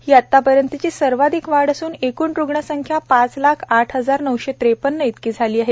ही आतापर्यंतची सर्वाधिक वाढ असून एकूण रुग्ण संख्या पाच लाख आठ हजार नऊशे ट्रेपन्न झाली आहे